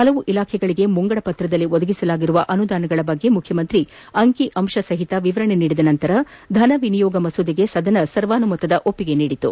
ಹಲವು ಇಲಾಖೆಗಳಿಗೆ ಮುಂಗಡಪತ್ರದಲ್ಲಿ ಒದಗಿಸಲಾಗಿರುವ ಅನುದಾನಗಳ ಕುರಿತು ಮುಖ್ಚಮಂತ್ರಿ ಅಂಕಿ ಅಂಶ ಸಹಿತ ವಿವರಣೆ ನೀಡಿದ ಬಳಿಕ ಧನ ವಿನಿಯೋಗ ಮಸೂದೆಗೆ ಸದನ ಸರ್ವಾನುಮತದ ಒಪ್ಪಿಗೆ ನೀಡಿತು